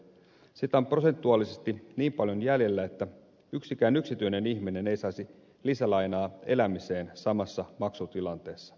sitä on prosentuaalisesti niin paljon jäljellä että yksikään yksityinen ihminen ei saisi lisälainaa elämiseen samassa maksutilanteessa